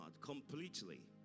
completely